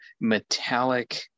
metallic